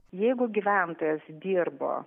jeigu gyventojas dirbo